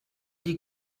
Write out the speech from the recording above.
die